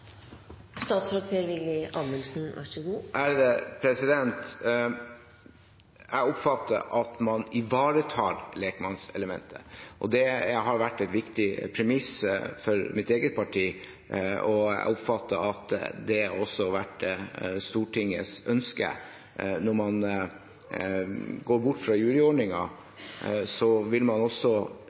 Jeg oppfatter at man ivaretar lekmannselementet. Det har vært et viktig premiss for mitt eget parti, og jeg oppfatter at det også har vært Stortingets ønske. Når man går bort fra juryordningen, vil man